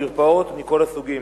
מרפאות מכל הסוגים.